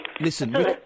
listen